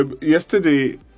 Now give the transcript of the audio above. yesterday